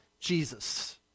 Jesus